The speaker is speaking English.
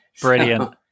Brilliant